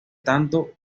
tanto